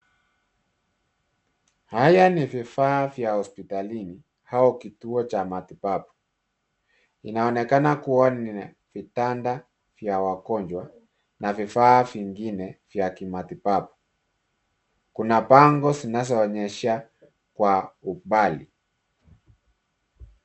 Haya ni vifaa vya hospitalini au kituo cha matibabu. Inaonekana kuwa ni vitanda vya wagonjwa na vifaa vingine vya kimatibabu. Kuna bango zinazoonyesha kwa umbali.